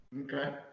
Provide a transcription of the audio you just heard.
Okay